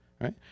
right